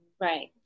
Right